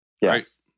Yes